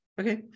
Okay